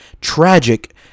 tragic